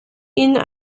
ihnen